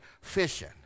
fishing